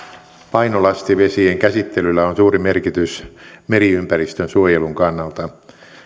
painolastivesien käsittelyllä on suuri merkitys meriympäristön suojelun kannalta